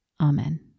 Amen